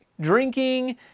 drinking